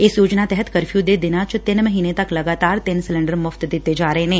ਇਸ ਯੋਜਨਾ ਤਹਿਤ ਕਰਫਿਉ ਦੇ ਦਿਨਾਂ ਵਿੱਚ ਤਿੰਨ ਮਹੀਨੇ ਤੱਕ ਲਗਾਤਾਰ ਤਿੰਨ ਸਿਲੰਡਰ ਮੁਫ਼ਤ ਦਿੱਤੇ ਜਾ ਰਹੇ ਨੇ